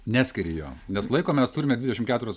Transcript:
neskiri jų nes laiko mes turime dvidešimt keturias